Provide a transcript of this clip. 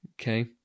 okay